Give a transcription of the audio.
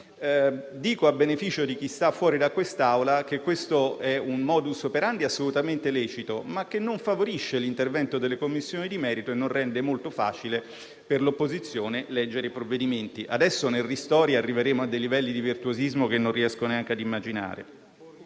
A beneficio di chi sta fuori da quest'Aula, ricordo che questo è un *modus operandi* assolutamente lecito ma che non favorisce l'intervento delle Commissioni di merito e non rende molto facile per l'opposizione leggere i provvedimenti. Adesso, nel decreto ristori, arriveremo a livelli di virtuosismo che non riesco neanche ad immaginare.